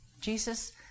Jesus